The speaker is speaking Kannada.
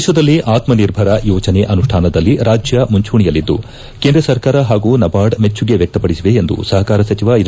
ದೇಶದಲ್ಲಿ ಆತ್ನ ನಿರ್ಭರ ಯೋಜನೆ ಅನುಷ್ಠಾನದಲ್ಲಿ ರಾಜ್ಯ ಮುಂಚೂಣಿಯಲ್ಲಿದ್ದು ಕೇಂದ್ರ ಸರ್ಕಾರ ಹಾಗೂ ನಬಾರ್ಡ್ ಮೆಚ್ಚುಗೆ ವ್ಯಕ್ತಪಡಿಸಿವೆ ಎಂದು ಸಹಕಾರ ಸಚಿವ ಎಸ್